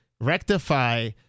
rectify